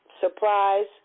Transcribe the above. surprise